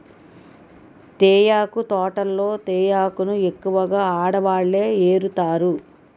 తేయాకు తోటల్లో తేయాకును ఎక్కువగా ఆడవాళ్ళే ఏరుతారు